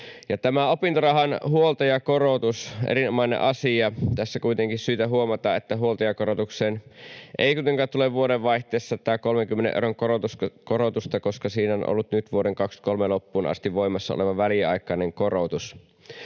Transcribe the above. Tämä opintorahan huoltajakorotus on erinomainen asia. Tässä kuitenkin on syytä huomata, että huoltajakorotukseen ei kuitenkaan tule vuodenvaihteessa tätä 30 euron korotusta, koska siinä on ollut nyt vuoden 23 loppuun asti voimassa oleva väliaikainen korotus.